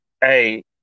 hey